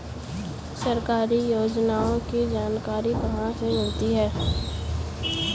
सरकारी योजनाओं की जानकारी कहाँ से मिलती है?